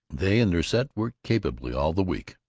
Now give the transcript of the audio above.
they and their set worked capably all the week,